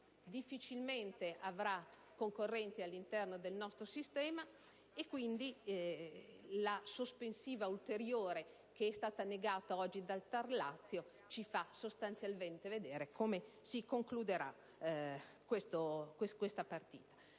difficilmente avrà concorrenti all'interno del nostro sistema, e la sospensiva ulteriore che è stata negata oggi dal TAR del Lazio ci fa sostanzialmente intravedere come si concluderà questa partita.